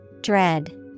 Dread